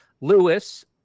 Lewis